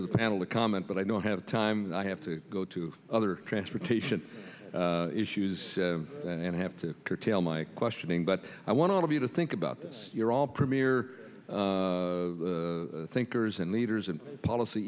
of the panel to comment but i don't have time i have to go to other transportation issues and have to curtail my questioning but i want to be to think about this you're all premier thinkers and leaders and policy